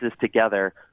together